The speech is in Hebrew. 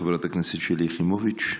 חברת הכנסת שלי יחימוביץ',